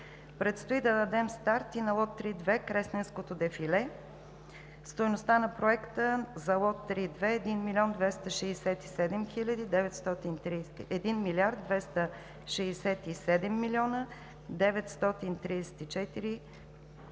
Предстои да дадем старт и на лот 3.2 – Кресненското дефиле. Стойността на проекта за лот 3.2 е 1 млрд. 267 млн. 934 хил.